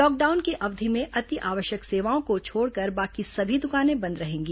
lockdown की अवधि में अति आवश्यक सेवाओं को छोड़कर बाकी सभी दुकानें बंद रहेंगी